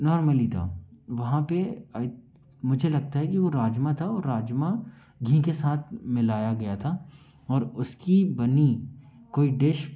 normal ही था वहाँ पर आइ मुझे लगता है कि वह राजमा था और राजमा घी के साथ मिलाया गया था और उसकी बनी कोई डिश